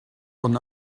von